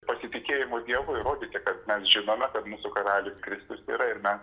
pasitikėjimu dievu įrodyti kad mes žinome kad mūsų karalius kristus yra ir mes